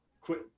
quit